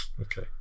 Okay